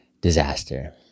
disaster